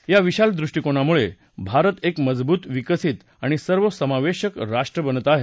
या विशाल दृष्टीकोनामुळे भारत एक मजबूत विकसित आणि सर्वसमावेशक राष्ट्र बनत आहे